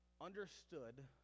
understood